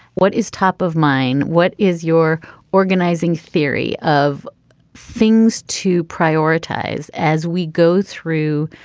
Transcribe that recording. what is top of mind what is your organizing theory of things to prioritize as we go through